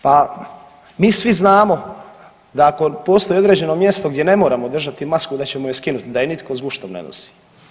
Pa mi svi znamo da ako postoji određeno mjesto gdje ne moramo držati masku da ćemo je skinuti, da je nitko s guštom ne nosi.